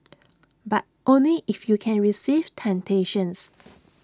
but only if you can resist temptations